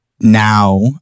Now